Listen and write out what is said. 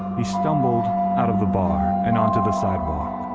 he stumbled out of the bar and onto the sidewalk,